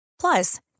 Plus